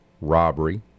robbery